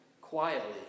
quietly